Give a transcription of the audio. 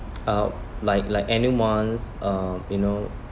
uh like like anyone's uh you know